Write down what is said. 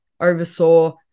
oversaw